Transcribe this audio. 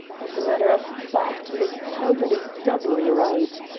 as a matter of fact, miss talbot is doubly right.